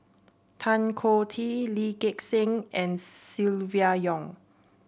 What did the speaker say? Tan Choh Tee Lee Gek Seng and Silvia Yong